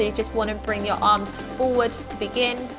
ah just wanna bring your arms forward to begin.